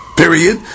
period